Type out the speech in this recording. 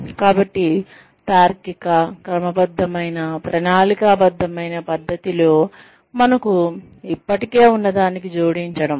కాబట్టి తార్కిక క్రమబద్ధమైన ప్రణాళికాబద్ధమైన పద్ధతిలో మనకు ఇప్పటికే ఉన్నదానికి జోడించడం